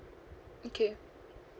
okay